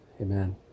amen